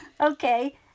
Okay